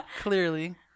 Clearly